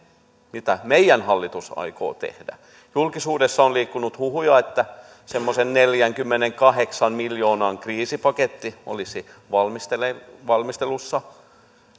mitä meidän hallitus aikoo tehdä julkisuudessa on liikkunut huhuja että semmoinen neljänkymmenenkahdeksan miljoonan kriisipaketti olisi valmistelussa